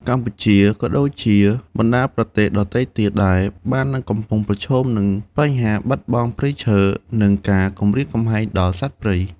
កម្ពុជាក៏ដូចជាបណ្ដាប្រទេសដទៃទៀតដែរ បាននឹងកំពុងប្រឈមនឹងបញ្ហាបាត់បង់ព្រៃឈើ និងការគំរាមកំហែងដល់សត្វព្រៃ។